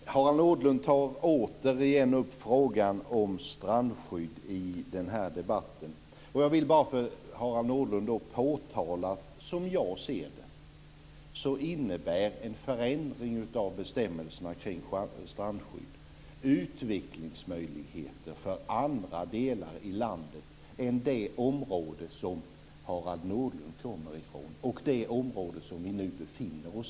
Fru talman! Harald Nordlund tar återigen upp frågan om strandskydd i debatten. Jag vill påtala följande för Harald Nordlund. Som jag ser det innebär en förändring av bestämmelserna kring strandskyddet utvecklingsmöjligheter för andra delar i landet än det område som Harald Nordlund kommer från och det område vi nu befinner oss i.